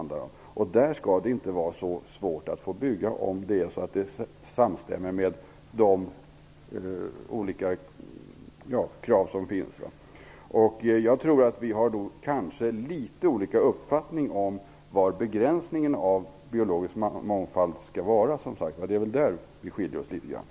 Där skall det inte vara så svårt att få bygga om det överensstämmer med de krav som finns. Vi har kanske litet olika uppfattning om vad begränsningen av biologisk mångfald innebär. Det är nog där vi skiljer oss litet grand.